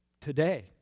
Today